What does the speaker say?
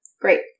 Great